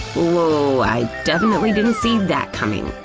woah, i definitely didn't see that coming!